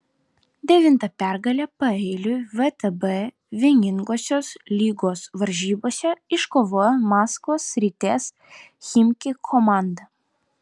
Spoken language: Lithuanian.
devintą pergalę paeiliui vtb vieningosios lygos varžybose iškovojo maskvos srities chimki komanda